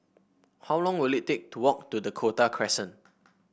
how long will it take to walk to the Dakota Crescent